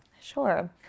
Sure